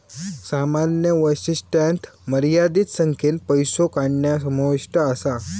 सामान्य वैशिष्ट्यांत मर्यादित संख्येन पैसो काढणा समाविष्ट असा